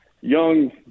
young